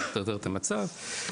מדרדרת את המצב,